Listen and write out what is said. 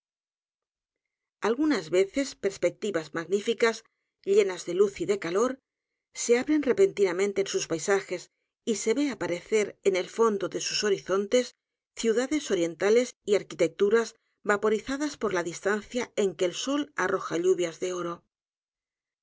algunas veces perspectivas magníficas llenas de luz y de calor se abren repentinamente en sus paisajes y se ve aparecer en el fondo de sus horizontes ciudades orientales y arquitecturas vaporizadas por la distancia on que el sol arroja lluvias de oro